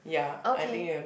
okay